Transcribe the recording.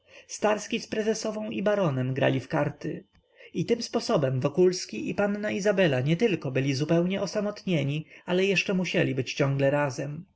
z prezesową i baronem grali w karty i tym sposobem wokulski i panna izabela nietylko byli zupełnie osamotnieni ale jeszcze musieli być ciągle razem